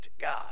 God